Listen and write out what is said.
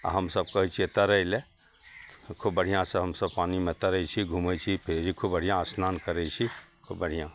आओर हमसभ कहै छिए तैरैलए तऽ खूब बढ़िआँसे हमसभ पानिमे तैरै छी घुमै छी फिरै छी खूब बढ़िआँ अस्नान करै छी खूब बढ़िआँ